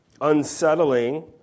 unsettling